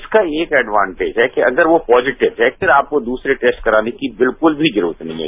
इसका एक एडवांटेज है कि अगर वो पॉजिटिव है तो आपको दूसरे टेस्ट कराने की बिल्कुल भी जरूरत नहीं है